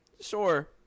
Sure